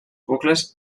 bucles